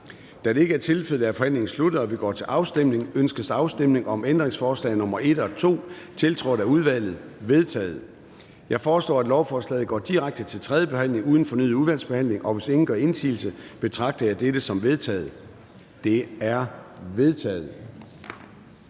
Da det ikke er tilfældet, er forhandlingen sluttet, og vi går til afstemning. Kl. 14:35 Afstemning Formanden (Søren Gade): Ønskes afstemning om ændringsforslag nr. 1 og 2, tiltrådt af udvalget? De er vedtaget. Jeg foreslår, at lovforslaget går direkte til tredje behandling uden fornyet udvalgsbehandling. Hvis ingen gør indsigelse, betragter jeg dette som vedtaget. Det er vedtaget.